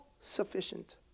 sufficient